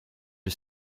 est